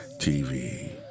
TV